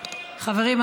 חברים,